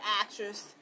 actress